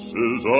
Says